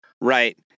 Right